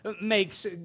makes